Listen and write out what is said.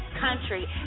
country